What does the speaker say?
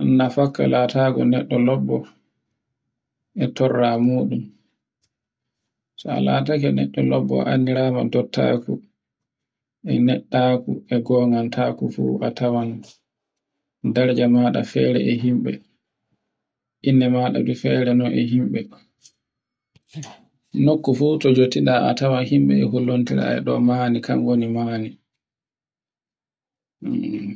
an no fakka latogo neɗɗo lobbo e torra muɗun, so a lataake lobbo a anndirama dottaku e neɗɗaku, e gonganku fu a tawan daraja maɗa e fere e himɓe. Inne maɗe fere e no himbe nokko to njottita a tawan himɓe e ɗo mani kan woni mani